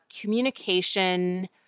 communication